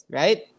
right